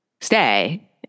Stay